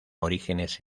orígenes